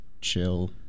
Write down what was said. chill